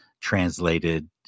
translated